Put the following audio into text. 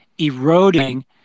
eroding